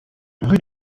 rue